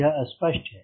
यह स्पष्ट है